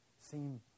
seem